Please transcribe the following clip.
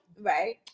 Right